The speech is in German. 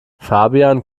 fabian